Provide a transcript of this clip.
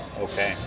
Okay